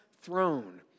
throne